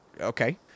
Okay